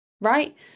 right